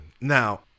Now